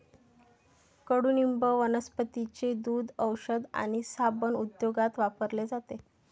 कडुनिंब वनस्पतींचे दूध, औषध आणि साबण उद्योगात वापरले जाते